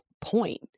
point